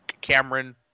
Cameron